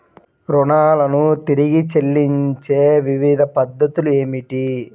రుణాలను తిరిగి చెల్లించే వివిధ పద్ధతులు ఏమిటి?